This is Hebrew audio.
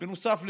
בנוסף לזה,